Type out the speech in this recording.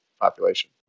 population